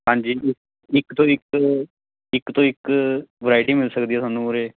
ਹਾਂਜੀ ਇੱਕ ਤੋਂ ਇੱਕ ਇੱਕ ਤੋਂ ਇੱਕ ਵਰਾਈਟੀ ਮਿਲ ਸਕਦੀ ਹੈ ਤੁਹਾਨੂੰ ਉਰੇ